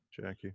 Jackie